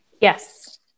Yes